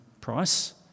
price